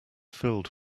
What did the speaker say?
filled